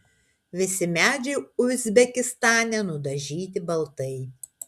visi medžiai uzbekistane nudažyti baltai